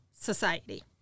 Society